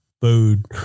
food